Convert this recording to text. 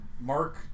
Mark